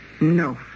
No